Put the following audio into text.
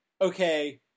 okay